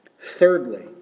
thirdly